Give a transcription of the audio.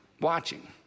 watching